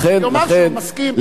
ויאמר שהוא מסכים.